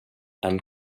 and